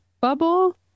bubble